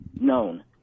known